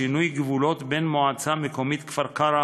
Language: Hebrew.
שינוי גבולות בין המועצה המקומית כפר-קרע